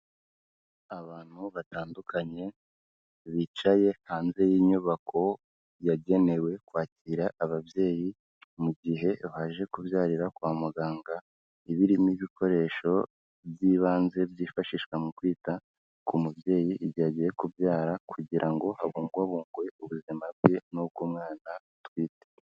Abantu batandukanye bicaye hanze y'inyubako yagenewe kwakira ababyeyi mu gihe baje kubyarira kwa muganga, iba irimo ibikoresho by'ibanze byifashishwa mu kwita ku mubyeyi igihe agiye kubyara, kugira ngo habungabungwe ubuzima bwe n'ubw'umwana atwite.